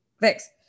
thanks